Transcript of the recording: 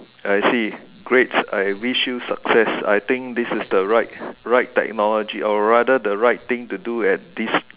actually great I wish you success I think this is the right right technology or rather the right thing to do at this